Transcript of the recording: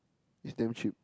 it's damn cheap